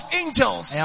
angels